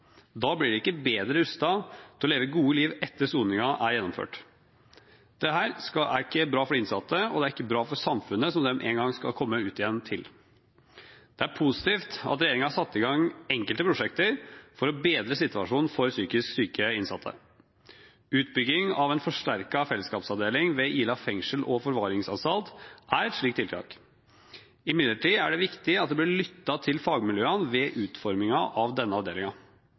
Da blir man ikke bedre rustet til å leve et godt liv etter at soningen er gjennomført. Dette er ikke bra for de innsatte, og det er ikke bra for samfunnet, som de en gang skal komme ut igjen til. Det er positivt at regjeringen har satt i gang enkelte prosjekter for å bedre situasjonen for psykisk syke innsatte. Utbygging av en forsterket fellesskapsavdeling ved Ila fengsel og forvaringsanstalt er et slikt tiltak. Imidlertid er det viktig at det blir lyttet til fagmiljøene ved utformingen av denne